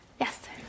Yes